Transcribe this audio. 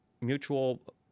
mutual